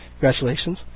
congratulations